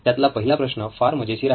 त्यातला पहिला प्रश्न फार मजेशीर आहे